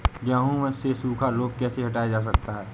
गेहूँ से सूखा रोग कैसे हटाया जा सकता है?